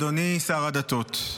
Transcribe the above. אדוני שר הדתות,